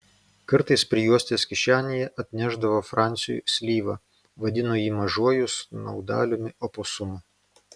kartais prijuostės kišenėje atnešdavo fransiui slyvą vadino jį mažuoju snaudaliumi oposumu